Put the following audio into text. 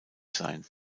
sein